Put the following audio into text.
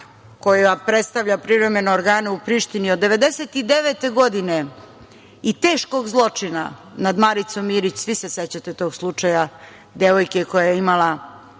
koja predstavlja privremene organe u Prištini od 1999. godine i teškog zločina nad Maricom Mirić. Svi se sećate tog slučaja devojke koja je bila